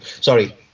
Sorry